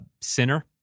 sinner—